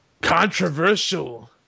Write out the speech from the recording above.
controversial